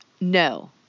No